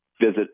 visit